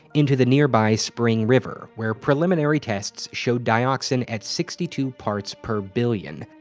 into the nearby spring river, where preliminary tests showed dioxin at sixty two parts per billion.